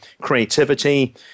creativity